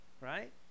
Right